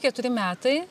keturi metai